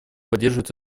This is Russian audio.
поддерживает